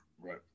Right